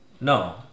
No